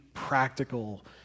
practical